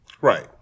Right